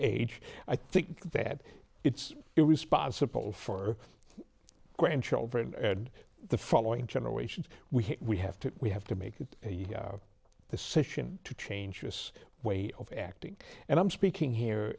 age i think that it's responsible for grandchildren and the following generations we we have to we have to make it the situation to change this way of acting and i'm speaking